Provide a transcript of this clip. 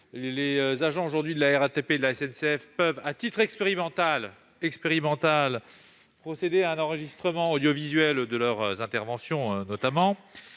Les agents de sécurité de la RATP et de la SNCF peuvent, à titre expérimental, procéder à l'enregistrement audiovisuel de leurs interventions. Il est